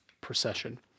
procession